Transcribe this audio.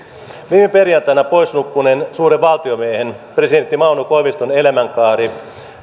viime perjantaina poisnukkuneen suuren valtiomiehen presidentti mauno koiviston elämänkaari